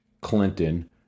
Clinton